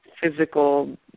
physical